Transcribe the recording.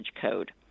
code